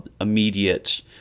immediate